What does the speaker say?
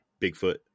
Bigfoot